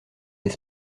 des